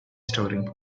story